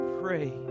pray